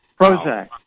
Prozac